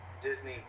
Disney